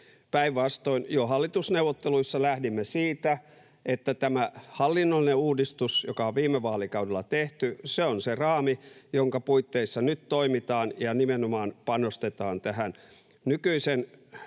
Päinvastoin jo hallitusneuvotteluissa lähdimme siitä, että tämä hallinnollinen uudistus, joka on viime vaalikaudella tehty, on se raami, jonka puitteissa nyt toimitaan, ja nimenomaan panostetaan tähän nykyisen